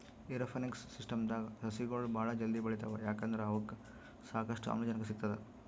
aeroponics ಸಿಸ್ಟಮ್ದಾಗ್ ಸಸಿಗೊಳ್ ಭಾಳ್ ಜಲ್ದಿ ಬೆಳಿತಾವ್ ಯಾಕಂದ್ರ್ ಅವಕ್ಕ್ ಸಾಕಷ್ಟು ಆಮ್ಲಜನಕ್ ಸಿಗ್ತದ್